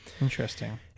Interesting